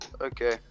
Okay